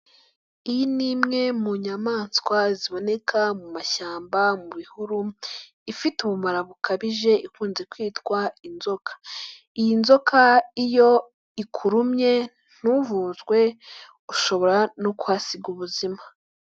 Iyi ni imwe mu nyamaswa ziboneka mu mashyamba mu bihuru ifite ubumara bukabije ikunze kwitwa inzoka, iyi nzoka iyo ikurumye ntuvuzwe ushobora no kuhasiga ubuzima.